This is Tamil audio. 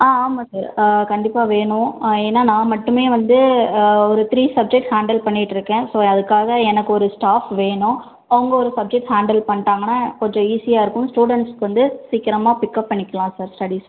ஆ ஆமாம் சார் ஆ கண்டிப்பாக வேணும் ஆ ஏனால் நான் மட்டுமே வந்து ஆ ஒரு த்ரீ சப்ஜெக்ட் ஹேண்டில் பண்ணிகிட்ருக்கேன் ஸோ அதுக்காக எனக்கு ஒரு ஸ்டாஃப் வேணும் அவங்க ஒரு சப்ஜெக்ட் ஹேண்டில் பண்ணிட்டாங்கன்னா கொஞ்சம் ஈஸியாக இருக்கும் ஸ்டூடெண்ட்ஸ்க்கு வந்து சீக்கிரமாக பிக்கப் பண்ணிக்கலாம் சார் ஸ்டடீஸ்